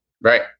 Right